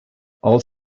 all